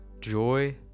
joy